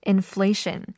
Inflation